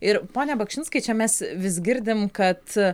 ir pone bakšinskai čia mes vis girdim kad